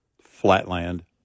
flatland